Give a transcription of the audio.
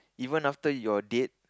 even after you are dead